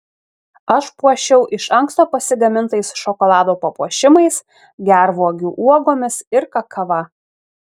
aš puošiau iš anksto pasigamintais šokolado papuošimais gervuogių uogomis ir kakava